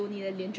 so I don't know